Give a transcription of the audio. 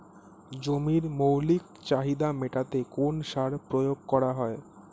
জমির মৌলিক চাহিদা মেটাতে কোন সার প্রয়োগ করা হয়?